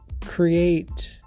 create